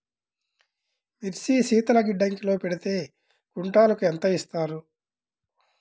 మిర్చి శీతల గిడ్డంగిలో పెడితే క్వింటాలుకు ఎంత ఇస్తారు?